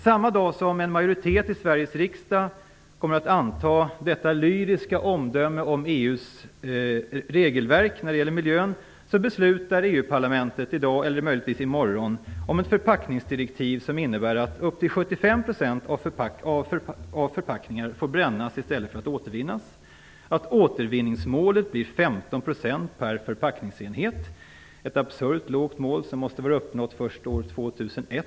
Samma dag som en majoritet i Sveriges riksdag kommer att anta detta lyriska omdöme om EU:s regelverk när det gäller miljön beslutar EU parlamentet - det är alltså i dag, eller möjligen i morgon - om ett förpackningsdirektiv som innebär att upp till 75 % av förpackningar får brännas i stället för återvinnas och att återvinningsmålet blir 15 % per förpackningsenhet, vilket är ett absurt lågt mål som måste vara uppnått först år 2001.